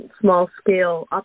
small-scale